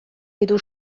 edo